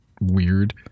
weird